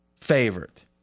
favorite